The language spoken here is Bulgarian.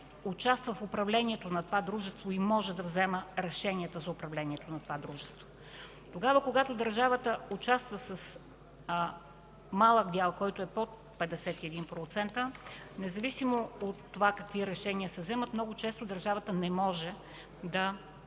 участва в управлението на това дружество и може да взема решения за управлението му. Когато държавата участва с малък дял – под 51%, независимо от това какви решения се вземат, много често държавата не може да